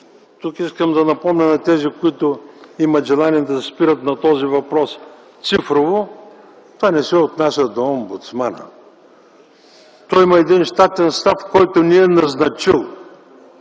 Тук искам да напомня на тези, които имат желание да се спират на този въпрос цифрово, това не се отнася до омбудсмана. Той има един щатен състав, който не е назначил,